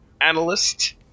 analyst